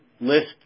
list